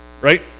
Right